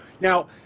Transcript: now